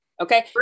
Okay